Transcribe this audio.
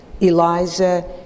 Eliza